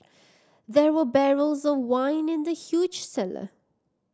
there were barrels of wine in the huge cellar